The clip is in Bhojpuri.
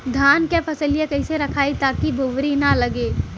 धान क फसलिया कईसे रखाई ताकि भुवरी न लगे?